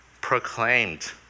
proclaimed